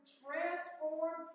transform